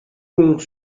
pont